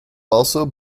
also